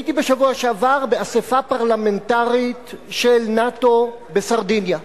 הייתי בשבוע שעבר באספה פרלמנטרית של נאט"ו בסרדיניה,